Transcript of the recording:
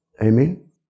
Amen